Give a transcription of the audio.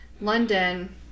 London